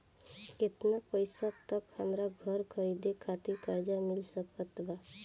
केतना पईसा तक हमरा घर खरीदे खातिर कर्जा मिल सकत बा?